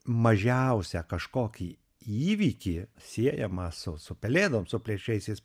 mažiausią kažkokį įvykį siejamą su su pelėdom su plėšriaisiais